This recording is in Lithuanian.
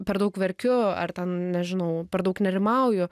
per daug verkiu ar ten nežinau per daug nerimauju